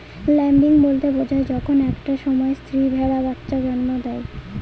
lambing বলতে বোঝায় যখন একটা সময় স্ত্রী ভেড়া বাচ্চা জন্ম দেয়